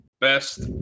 best